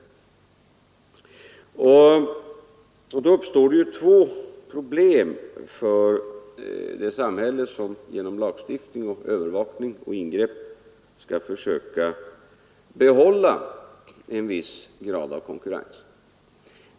Då uppstår två problem för det samhälle som genom lagstiftning, övervakning och ingrepp skall försöka behålla en viss grad av konkurrens.